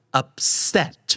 upset